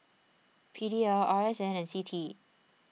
P D L R S N and C T E